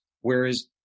whereas –